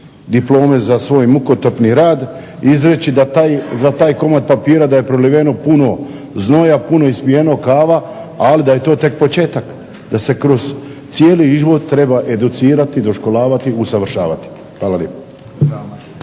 diplome za svoj mukotrpni rad izreći za taj komad papira da je proliveno puno znoja, puno ispijeno kave, ali da je to tek početak, da se kroz cijeli život treba educirati, doškolovati, usavršavati. Hvala lijepo.